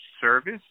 service